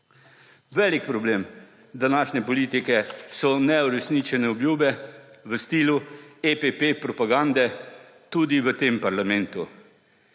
Velik problem današnje politike so neuresničene obljube v stilu EPP propagande, tudi v tem parlamentu,